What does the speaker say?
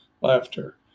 laughter